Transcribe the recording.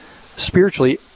spiritually